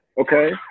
okay